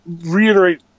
reiterate